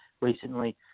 recently